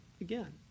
again